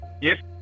Yes